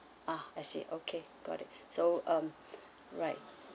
ah I see okay got it so um right